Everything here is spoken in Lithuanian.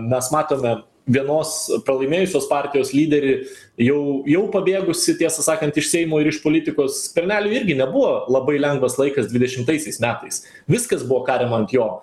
mes matome vienos pralaimėjusios partijos lyderį jau jau pabėgusį tiesą sakant iš seimo ir iš politikos skverneliui irgi nebuvo labai lengvas laikas dvidešimtaisiais metais viskas buvo kariama ant jo